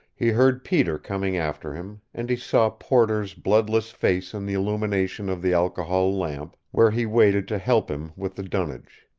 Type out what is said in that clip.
he heard peter coming after him, and he saw porter's bloodless face in the illumination of the alcohol lamp, where he waited to help him with the dunnage.